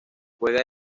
juega